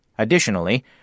Additionally